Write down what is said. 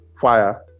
fire